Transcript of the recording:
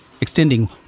extending